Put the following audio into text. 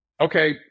Okay